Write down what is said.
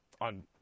on